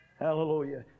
Hallelujah